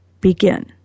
Begin